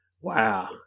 Wow